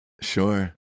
Sure